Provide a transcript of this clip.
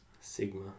Sigma